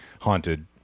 haunted